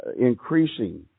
increasing